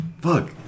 Fuck